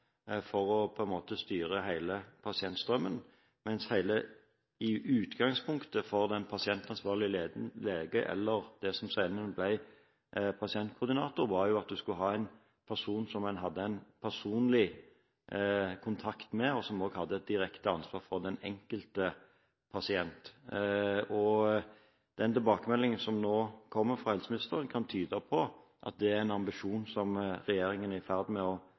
for på en måte å styre hele pasientstrømmen, mens utgangspunktet for den pasientansvarlige lege – eller det som senere ble pasientkoordinator – var at man skulle ha en person som man hadde en personlig kontakt med, og som også hadde et direkte ansvar for den enkelte pasient. Den tilbakemeldingen som nå kommer fra helseministeren, kan tyde på at det er en ambisjon som regjeringen er i ferd med å